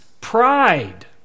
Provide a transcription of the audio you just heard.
pride